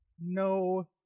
no